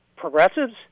progressives